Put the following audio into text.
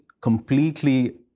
completely